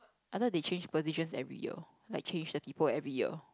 I thought they change positions every year like change the people every year